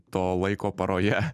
to laiko paroje